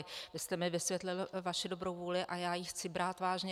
Vy jste mi vysvětlil vaši dobrou vůli a já ji chci brát vážně.